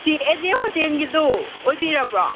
ꯁꯤ ꯑꯦ ꯖꯦ ꯍꯣꯇꯦꯜꯒꯤꯗꯨ ꯑꯣꯏꯕꯤꯔꯕ꯭ꯔꯣ